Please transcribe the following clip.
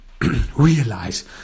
realize